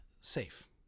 safe